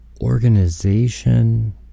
organization